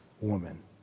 woman